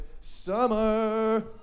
Summer